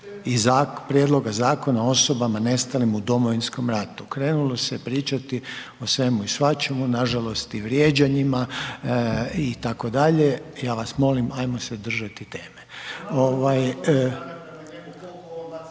i prijedloga Zakona o osobama nestalim u Domovinskom ratu. Krenulo se pričati o svemu i svačemu, nažalost, i vrijeđanjima itd., ja vas molim ajmo se držati teme.